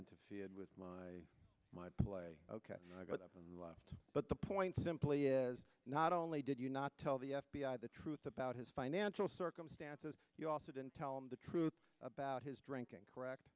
and with my mind play ok i got up and left but the point simply is not only did you not tell the f b i the truth about his financial circumstances you also didn't tell him the truth about his drinking correct